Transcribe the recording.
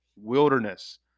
Wilderness